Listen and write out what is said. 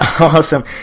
Awesome